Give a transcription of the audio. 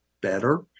better